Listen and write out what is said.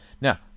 Now